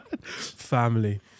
Family